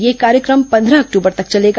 यह कार्यक्रम पंद्रह अक्टूबर तक चलेगा